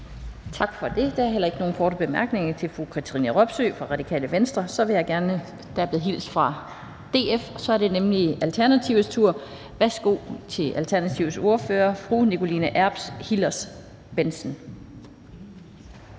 Tak for det. Der er heller ikke nogen korte bemærkninger til fru Katrine Robsøe fra Radikale Venstre. Der er blevet hilst fra DF, og så er det nemlig Alternativets tur. Værsgo til Alternativets ordfører, fru Nikoline Erbs Hillers-Bendtsen.